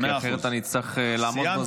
כי אחרת אני אצטרך לעמוד בזמנים.